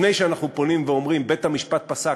לפני שאנחנו פונים ואומרים: בית-המשפט פסק,